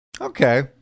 Okay